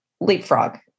leapfrog